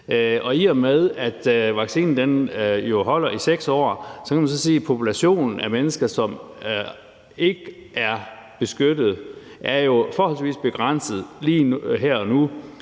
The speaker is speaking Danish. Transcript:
i og med at vaccinen jo holder i 6 år, kan man sige, at populationen af mennesker, som ikke er beskyttet, er forholdsvis begrænset lige her og nu.